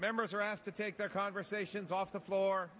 members are asked to take their conversations off the floor